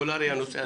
פופולרי הנושא הזה.